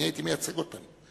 אני הייתי מייצג אותם.